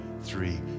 three